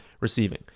receiving